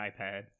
ipad